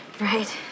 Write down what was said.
Right